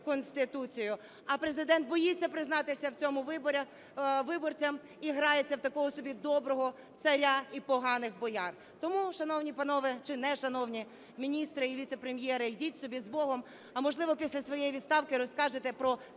Конституції. А Президент боїться признатися в цьому виборцям і грається в такого собі доброго царя і поганих бояр. Тому, шановні панове, чи не шановні, міністри і віцепрем'єри, ідіть собі з Богом, а, можливо, після своєї відставки розкажете про